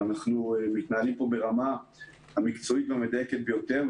אנחנו מתנהלים פה ברמה המקצועית והמדויקת ביותר,